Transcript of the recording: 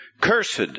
Cursed